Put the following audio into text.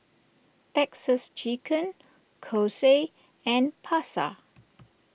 Texas Chicken Kose and Pasar